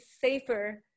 safer